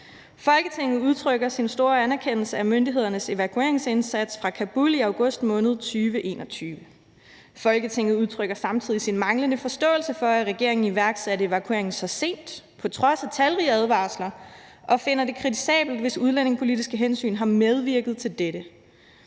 »Folketinget udtrykker sin store anerkendelse af myndighedernes evakueringsindsats fra Kabul i august måned 2021. Folketinget udtrykker samtidig sin manglende forståelse for, at regeringen iværksatte evakueringen så sent på trods af talrige advarsler, og finder det kritisabelt, hvis udlændingepolitiske hensyn har medvirket til dette.